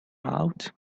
out